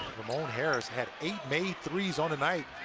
ramon harris had eight made threes on the night.